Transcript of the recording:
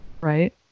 Right